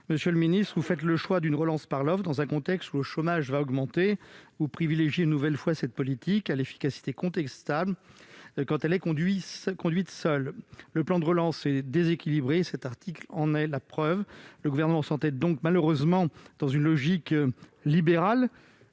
monsieur le ministre, vous faites le choix d'une relance par l'offre, dans un contexte d'augmentation du chômage. Vous privilégiez, une nouvelle fois, cette politique, à l'efficacité contestable quand elle est conduite seule. Le plan de relance est déséquilibré, cet article en est la preuve. Le Gouvernement s'entête donc malheureusement dans une logique libérale,